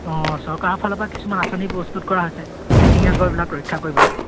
অঁ চৰকাৰৰ ফালৰ পৰা কিছুমান আঁচনি প্ৰস্তুত কৰা হৈছে এশিঙীয়া গঁড়বিলাক ৰক্ষা কৰিবলৈ